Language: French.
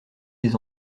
les